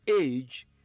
age